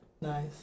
Nice